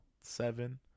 seven